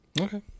Okay